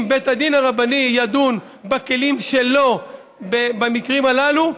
אם בית הדין הרבני ידון בכלים שלו במקרים הללו,